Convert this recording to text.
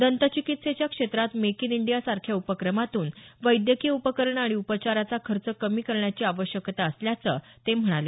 दंत चिकित्सेच्या क्षेत्रात मेक इन इंडिया सारख्या उपक्रमातून वैद्यकीय उपकरणं आणि उपचाराचा खर्च कमी करण्याची आवश्यकता असल्याचं ते म्हणाले